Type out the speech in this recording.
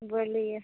बोललियै